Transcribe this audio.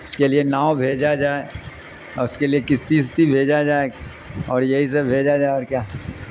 اس کے لیے ناؤ بھیجا جائے اس کے لیے کستتی اسستتیی بھیجا جائے اور یہی سب بھیجا جائے اور کیا